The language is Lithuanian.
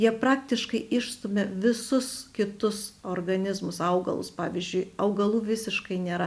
jie praktiškai išstumia visus kitus organizmus augalus pavyzdžiui augalų visiškai nėra